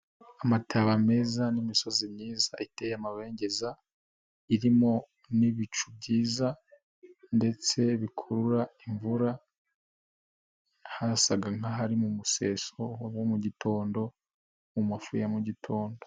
Amataba meza n'imisozi myiza iteye amabengeza, irimo n'ibicu byiza ndetse bikurura imvura, hasaga nk'aho ari mu museso wa mu mugitondo mu mafu ya mu gitondo